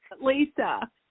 Lisa